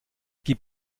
gib